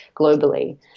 globally